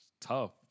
tough